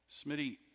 Smitty